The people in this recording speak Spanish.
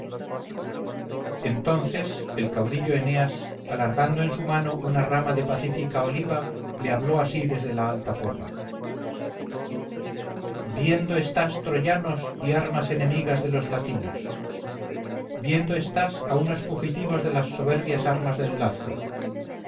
entonces el caudillo eneas alargando en su mano una rama de pacífica oliva le habló así desde la alta popa viendo estás troyanos y armas enemigas de los latinos viendo estás a unos fugitivos de las soberbias armas del lacio